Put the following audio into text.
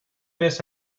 miss